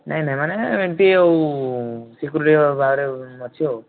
ନାହିଁ ନାହିଁ ମାନେ ଏମିତି ଆଉ ସିକ୍ୟୁରିଟି ଭାବରେ ଅଛି ଆଉ